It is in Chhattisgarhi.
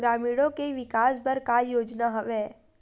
ग्रामीणों के विकास बर का योजना हवय?